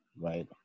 right